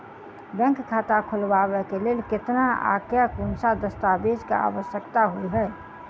Bank खाता खोलबाबै केँ लेल केतना आ केँ कुन सा दस्तावेज केँ आवश्यकता होइ है?